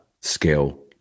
skill